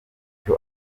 icyo